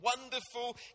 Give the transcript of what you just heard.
Wonderful